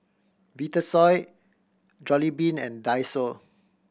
Vitasoy Jollibean and Daiso